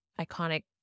iconic